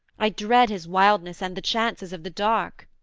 i dread his wildness, and the chances of the dark